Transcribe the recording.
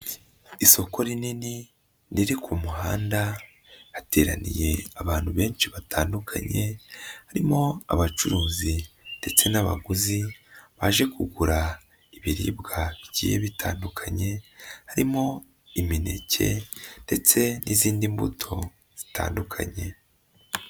Isoko rinini riri ku muhanda hateraniye abantu benshi batandukanye, harimo abacuruzi ndetse n'abaguzi baje kugura ibiribwa bigiye bitandukanye, harimo imineke ndetse n'izindi mbuto zitandukanye.